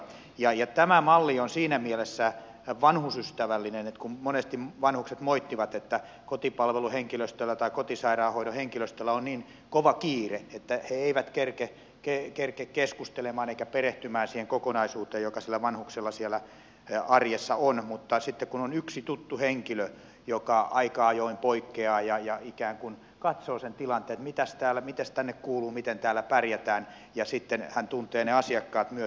ja tämä malli on siinä mielessä vanhusystävällinen että kun monesti vanhukset moittivat että kotipalveluhenkilöstöllä tai kotisairaanhoidon henkilöstöllä on niin kova kiire että he eivät kerkeä keskustelemaan eivätkä perehtymään siihen kokonaisuuteen joka sillä vanhuksella siellä arjessa on niin sitten on yksi tuttu henkilö joka aika ajoin poikkeaa ja ikään kuin katsoo sen tilanteen että mitäs tänne kuuluu miten täällä pärjätään ja sitten hän tuntee ne asiakkaat myös